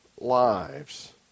lives